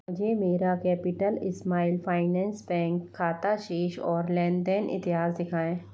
मुझे मेरा Capital Small Finance Bank खाता शेष और लेन देन इतिहास दिखाएँ